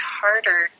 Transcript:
harder